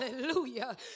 Hallelujah